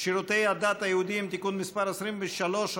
שירותי הדת היהודיים (תיקון מס' 23,